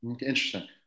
Interesting